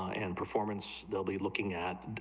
and performance will be looking at,